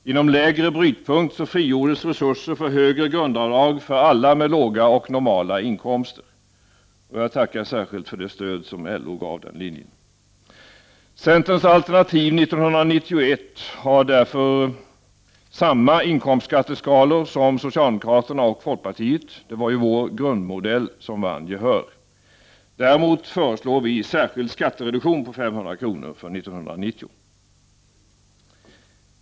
Genom lägre brytpunkt frigjordes resurser för högre grundavdrag för alla med låga och normala inkomster. Jag tackar särskilt för det stöd som LO gav den linjen. Centerns alternativ för 1991 har därför samma inkomstskatteskalor som socialdemokraternas och folkpartiets — det var ju vår grundmodell som vann gehör. Däremot föreslår vi särskild skattereduktion på 500 kr. för 1990.